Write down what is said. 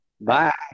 Bye